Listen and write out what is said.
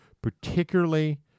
particularly